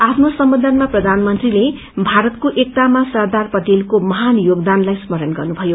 आफ्नो सम्बोधनमा प्रधानमन्त्रीले भारतको एकतामा सरदार पटेसको महान योगदानलाई स्मरण गर्नुषयो